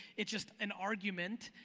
it's just an argument.